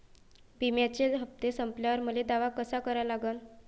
बिम्याचे हप्ते संपल्यावर मले दावा कसा करा लागन?